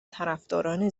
طرفداران